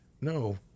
No